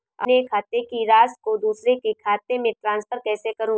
अपने खाते की राशि को दूसरे के खाते में ट्रांसफर कैसे करूँ?